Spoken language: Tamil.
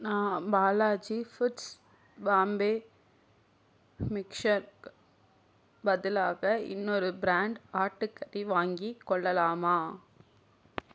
நான் பாலாஜி ஃபுட்ஸ் பாம்பே மிக்ஸ்சருக்கு பதிலாக இன்னொரு பிரான்ட் ஆட்டுக்கறி வாங்கிக் கொள்ளலாமா